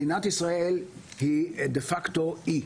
מדינת ישראל היא דה-פקטו אי.